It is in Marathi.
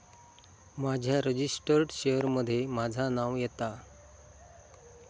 माझ्या रजिस्टर्ड शेयर मध्ये माझा नाव येता